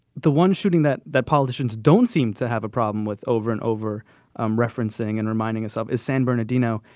the one shooting that the politicians don't seem to have a problem with over and over um referencing and reminding us of is san bernardino.